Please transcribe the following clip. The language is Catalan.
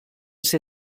ser